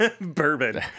bourbon